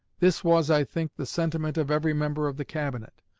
this was, i think, the sentiment of every member of the cabinet,